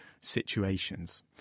situations